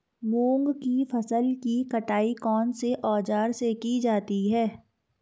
मूंग की फसल की कटाई कौनसे औज़ार से की जाती है?